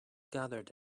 gathered